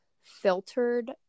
filtered